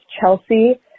Chelsea